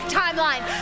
timeline